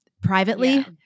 privately